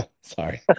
Sorry